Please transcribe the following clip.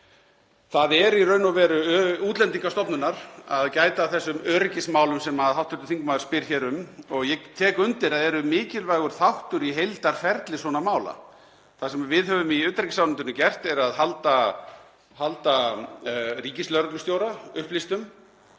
Það er í raun og veru Útlendingastofnunar að gæta að þessum öryggismálum sem hv. þingmaður spyr hér um og ég tek undir að eru mikilvægur þáttur í heildarferli svona mála. Það sem við höfum gert í utanríkisráðuneytinu er að halda ríkislögreglustjóra upplýstum.